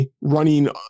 running